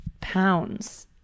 pounds